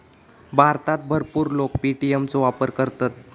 भारतात भरपूर लोक पे.टी.एम चो वापर करतत